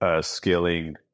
scaling